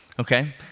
Okay